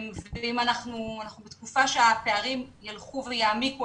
אנחנו בתקופה שבה הפערים ילכו ויעמיקו,